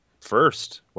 first